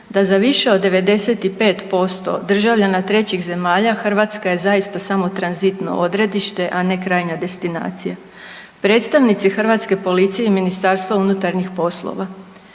da za više od 95% državljana trećih zemalja Hrvatska je zaista samo tranzitno odredište, a ne krajnja destinacija. Predstavnici hrvatske policije i MUP-a više puta su